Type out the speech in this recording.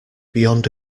beyond